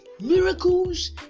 Miracles